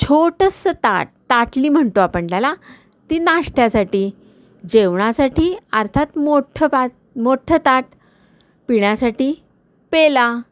छोटंसं ताट ताटली म्हणतो आपण त्याला ती नाश्त्यासाठी जेवणासाठी अर्थात मोठ्ठं पा मोठ्ठं ताट पिण्यासाठी पेला